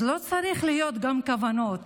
אז לא צריכות להיות גם כוונות,